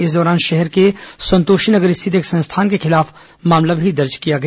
इस दौरान शहर के संतोषी नगर स्थित एक संस्थान के खिलाफ मामला भी दर्ज किया गया